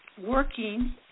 working